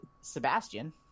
Sebastian